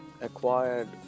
acquired